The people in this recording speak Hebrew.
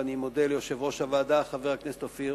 ואני מודה ליושב-ראש הוועדה חבר הכנסת אופיר